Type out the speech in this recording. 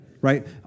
right